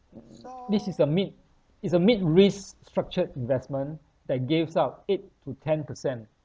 this is a mid is a mid risk structured investment that gives out eight to ten percent